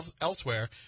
elsewhere